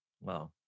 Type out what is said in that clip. Wow